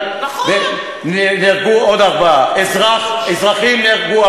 חלק צבא וחלק אזרחים.